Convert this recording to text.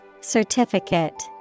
Certificate